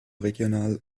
regional